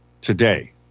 today